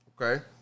Okay